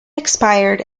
expired